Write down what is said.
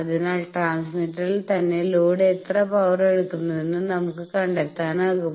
അതിനാൽ ട്രാൻസ്മിറ്ററിൽ തന്നെ ലോഡ് എത്ര പവർ എടുക്കുന്നുവെന്ന് നമുക്ക് കണ്ടെത്താനാകും